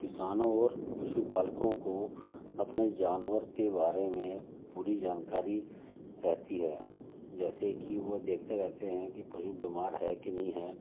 किसानों और पशु पालकों अपने जानवर के बारे में पूरी जानकारी रहती है जैसे कि वह देखते रहते हैं कि पशु बीमार है कि नहीं है